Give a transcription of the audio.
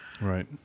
Right